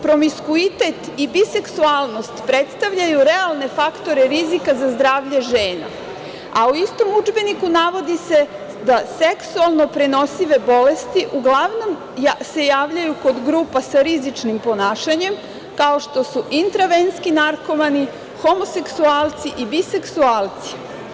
Promiskuitet i biseksualnost predstavljaju realne faktore rizika za zdravlje žena, a u istom udžbeniku navodi se da seksualno prenosive bolesti uglavnom se javljaju kod grupa sa rizičnim ponašanjem kao što su intravenski narkomani, homoseksualci i biseksualci.